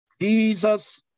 Jesus